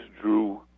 drew